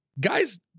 Guys